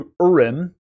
Urim